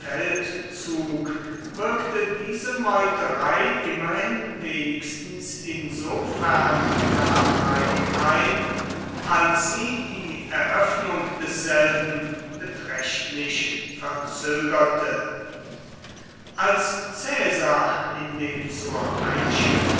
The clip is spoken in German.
feldzug wirkte diese meuterei immerhin wenigstens insofern nachteilig ein als sie die eröffnung desselben beträchtlich verzögerte als caesar in dem zur einschiffung